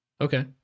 Okay